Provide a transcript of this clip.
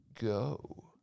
Go